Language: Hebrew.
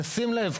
תשים לב,